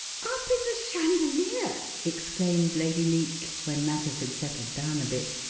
up in the chandelier! exclaimed lady leake when matters had settled down a bit.